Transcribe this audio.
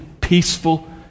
peaceful